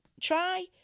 try